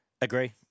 Agree